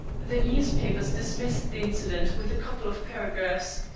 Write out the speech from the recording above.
the newspapers dismissed the incident with a couple of paragraphs,